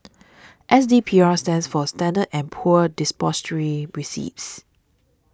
S D P R stands for Standard and Poor's Depository Receipts